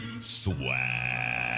Swag